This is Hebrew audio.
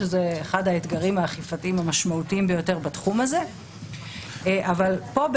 שזה אחד האתגרים האכיפתיים המשמעותיים ביותר בתחום הזה אבל פה,